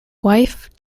wife